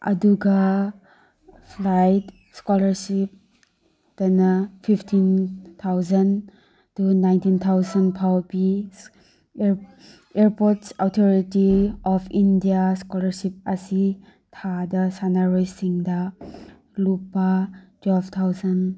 ꯑꯗꯨꯒ flight scholarship ꯇꯅ fifteen thousand to nineteen thousand ꯐꯥꯎꯕ ꯄꯤ airports authority of India scholarship ꯑꯁꯤ ꯊꯥꯗ ꯁꯥꯟꯅꯔꯣꯏ ꯁꯤꯡꯗ ꯂꯨꯄꯥ ꯇ꯭ꯋꯦꯜꯐ ꯊꯥꯎꯖꯟ